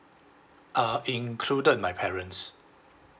uh included my parents